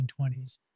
1920s